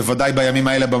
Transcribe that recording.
בוודאי בימים האלה,